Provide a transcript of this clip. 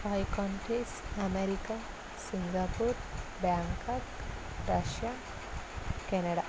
high countries America Singapore Bangkok Russia Canada